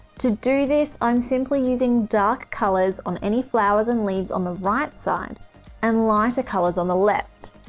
to do this, i'm simply using dark colors on any flowers and leaves on the right side and lighter colors on the left.